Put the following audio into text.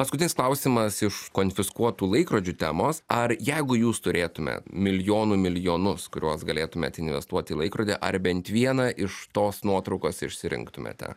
paskutinis klausimas iš konfiskuotų laikrodžių temos ar jeigu jūs turėtumėt milijonų milijonus kuriuos galėtumėt investuoti į laikrodį ar bent vieną iš tos nuotraukos išsirinktumėte